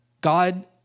God